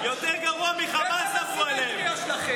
"יותר גרוע מחמאס", אמרו עליהם.